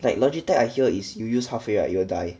like Logitech I hear is you use halfway right it will die